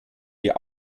wir